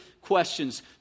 questions